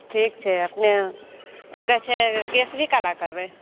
ठीक छै अपने कि कहै छै केस भी काला करबै